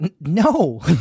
No